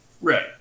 Right